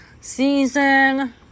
season